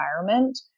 environment